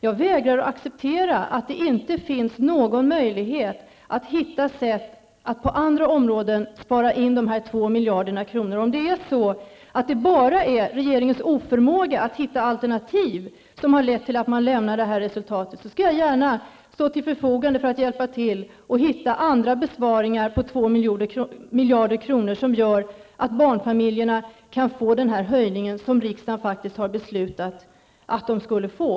Jag vägrar att acceptera att det inte finns någon möjlighet att hitta sätt att på andra områden spara in dessa 2 miljarder kronor. Om det är så att det bara är regeringens oförmåga att hitta alternativ som har givit upphov till det här resultatet, skall jag gärna stå till förfogande för att hjälpa till att hitta andra besparingar på 2 miljarder kronor, som gör att barnfamiljerna kan få den höjning av barnbidraget som riksdagen faktiskt har beslutat att de skulle få.